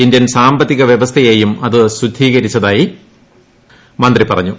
Indian സാമ്പത്തിക വ്യവസ്ഥയേയും അത് ശുദ്ധീകരിച്ചതായും മന്ത്രി പറഞ്ഞു